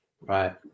Right